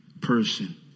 person